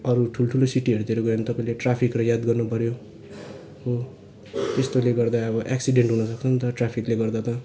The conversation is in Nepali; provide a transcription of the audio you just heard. अरू ठुल्ठुलो सिटीहरूतिर गयो भने तपाईँले ट्राफिकहरू याद गर्नु पऱ्यो हो त्यस्तोले गर्दा अब एक्सिडेन्ट हुनुसक्छ नि त ट्राफिकले गर्दा त